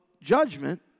judgment